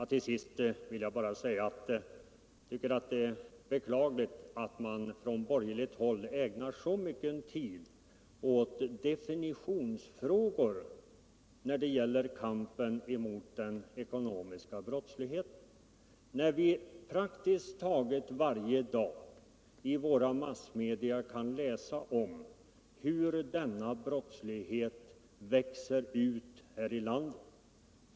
Till sist vill jag bara säga att jag tycker det är beklagligt att man från borgerligt håll ägnar så mycken tid åt definitionsfrågor då det gäller kampen emot den ekonomiska brottsligheten, när vi praktiskt taget varje dag i våra massmedia kan läsa om hur denna brottslighet växer ut här i landet.